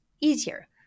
easier